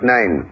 Nine